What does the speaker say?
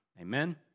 Amen